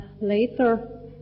later